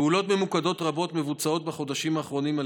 פעולות ממוקדות רבות מבוצעות בחודשים האחרונים על